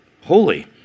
holy